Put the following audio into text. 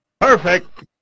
Perfect